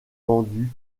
vendues